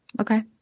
Okay